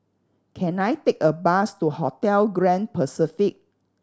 can I take a bus to Hotel Grand Pacific